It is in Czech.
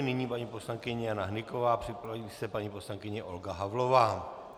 Nyní paní poslankyně Jana Hnyková, připraví se paní poslankyně Olga Havlová.